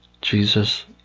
Jesus